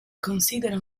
considera